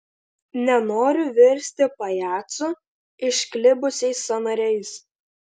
nenoriu virsti pajacu išklibusiais sąnariais